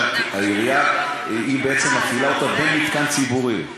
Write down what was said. קייטנה שהעיירה בעצם מפעילה אותה במתקן ציבורי.